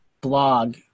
blog